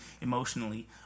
emotionally